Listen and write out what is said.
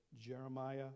Jeremiah